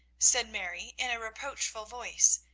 said mary, in a reproachful voice,